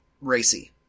racy